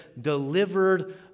delivered